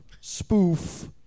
Spoof